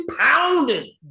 pounding